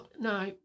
No